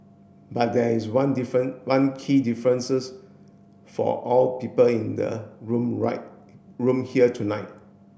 but there is one different one key differences for all people in the room room here tonight